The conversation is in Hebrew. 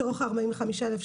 מתוך ה-45,000,